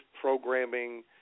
programming